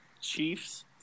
Chiefs